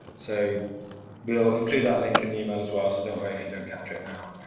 so we'll include that link in the email as well so don't worry if you don't capture it now.